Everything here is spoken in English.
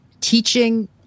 teaching